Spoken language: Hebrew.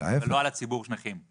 ולא על ציבור הנכים.